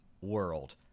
world